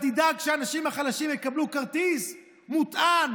תדאג שהאנשים החלשים יקבלו כרטיס מוטען,